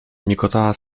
migotała